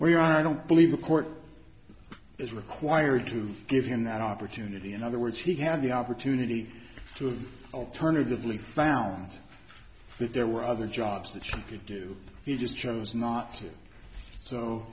are i don't believe the court as required to give him that opportunity in other words he had the opportunity to alternatively found that there were other jobs that she could do he just chose not to so